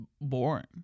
boring